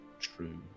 True